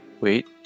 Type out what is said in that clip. Wait